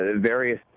various